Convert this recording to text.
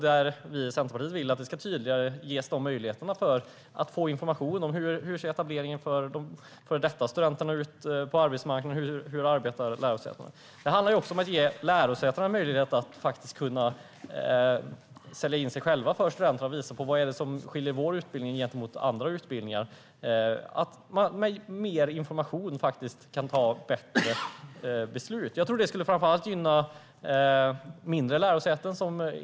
Vi i Centerpartiet vill att det ska finnas tydligare möjligheter att få information om hur etableringen på arbetsmarknaden för före detta studenter ser ut och om hur lärosätena arbetar. Det handlar även om att ge lärosätena möjligheter att sälja in sig själva hos studenterna och visa vad som skiljer den egna utbildningen från andra utbildningar. Mer information kan ge bättre beslut. Jag tror att detta framför allt skulle gynna mindre lärosäten.